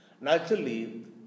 Naturally